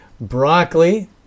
Broccoli